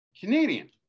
Canadian